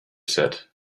said